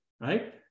right